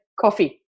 coffee